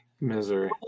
Misery